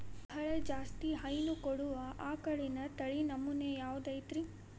ಬಹಳ ಜಾಸ್ತಿ ಹೈನು ಕೊಡುವ ಆಕಳಿನ ತಳಿ ನಮೂನೆ ಯಾವ್ದ ಐತ್ರಿ?